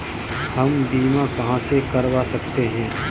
हम बीमा कहां से करवा सकते हैं?